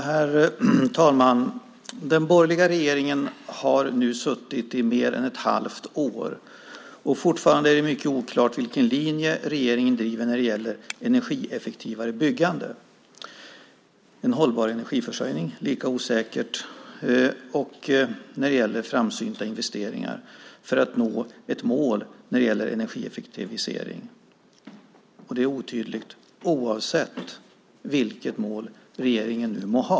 Herr talman! Den borgerliga regeringen har nu suttit i mer än ett halvt år, och fortfarande är det mycket oklart vilken linje regeringen driver när det gäller energieffektivare byggande. För en hållbar energiförsörjning är det lika osäkert och när det gäller framsynta investeringar för att nå ett mål för energieffektivisering. Det är otydligt oavsett vilket mål regeringen nu må ha.